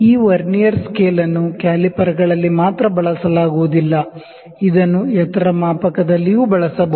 ಈ vernier scale ಅನ್ನು ಕ್ಯಾಲಿಪರ್ಗಳಲ್ಲಿ ಮಾತ್ರ ಬಳಸಲಾಗುವುದಿಲ್ಲ ಇದನ್ನು ಎತ್ತರ ಮಾಪಕದಲ್ಲಿಯೂ ಬಳಸಬಹುದು